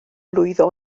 lwyddo